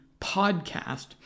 podcast